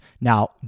Now